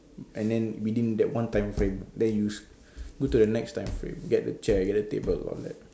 and then within that one time frame then you go to the next time frame get the chair get the table around that